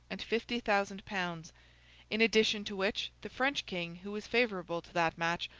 and fifty thousand pounds in addition to which, the french king, who was favourable to that match,